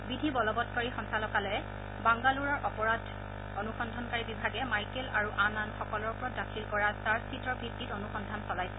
বিধি বলবৎকাৰী সঞ্চালকালয় বাংগালুৰুৰ অপৰাধ অনুসন্ধানকাৰী বিভাগে মাইকেল আৰু আন আন সকলৰ ওপৰত দাখিল কৰা চাৰ্জশ্বীটৰ ভিত্তিত অনুসন্ধান চলাইছিল